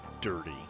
dirty